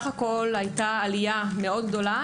הייתה עלייה מאוד גדולה